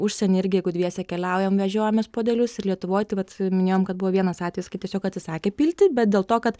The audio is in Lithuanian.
užsieny irgi jeigu dviese keliaujam vežiojamės puodelius ir lietuvoj tai vat minėjom kad buvo vienas atvejis kai tiesiog atsisakė pilti bet dėl to kad